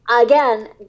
again